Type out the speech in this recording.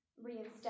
Reinstate